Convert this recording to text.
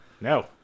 No